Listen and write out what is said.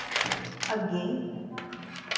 अग्गें